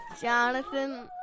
Jonathan